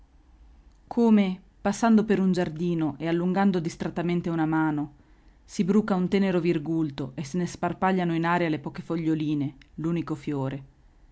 come passando per un giardino e allungando distrattamente una mano si bruca un tenero virgulto e se ne sparpagliano in aria le poche foglioline l'unico fiore